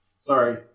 Sorry